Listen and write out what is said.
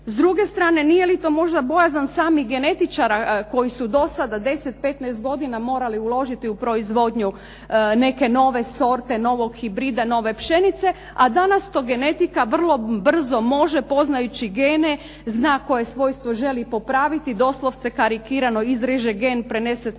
S druge strane, nije li to možda bojazan samih genetičara koji su do sada 10, 15 godina morali uložiti u proizvodnju neke nove sorte, novog hibrida, nove pšenice, a danas to genetika vrlo brzo može poznajući gene, zna koje svojstvo želi popraviti. Doslovce karikirano izreže gen, prenese